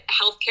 healthcare